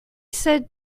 said